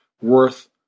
worth